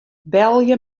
belje